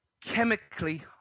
chemically